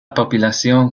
population